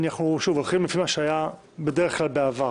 שוב, אנחנו הולכים לפי מה שהיה בדרך כלל בעבר.